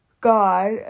god